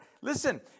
listen